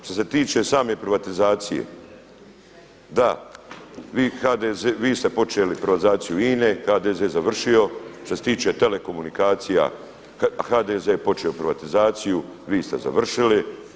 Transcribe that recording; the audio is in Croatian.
Što se tiče same privatizacije, da, vi ste počeli privatizaciju INA-e, HDZ je završio, što se tiče telekomunikacija HDZ je počeo privatizaciju, vi ste završili.